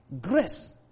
grace